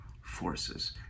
forces